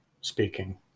speaking